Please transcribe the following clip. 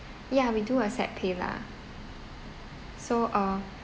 ya we do accept PayLah so uh